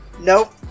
nope